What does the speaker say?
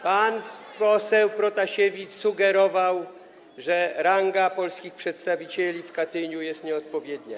Pan poseł Protasiewicz sugerował, że ranga polskich przedstawicieli w Katyniu jest nieodpowiednia.